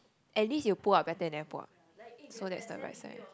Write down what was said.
at least you pull up better than I pull up so that's the bright side